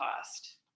cost